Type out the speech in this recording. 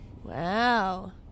Wow